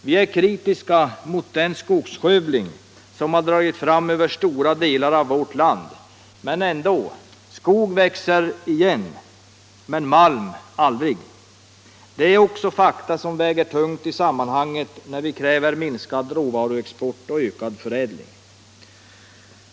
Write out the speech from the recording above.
Vi är kritiska mot den skogsskövling som förekommit i stora delar av vårt land, men skog växer ändå igen, malm aldrig. Det är också ett faktum som väger tungt i sammanhanget när vi kräver minskad råvaruexport och ökad förädling.